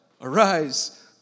Arise